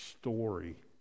story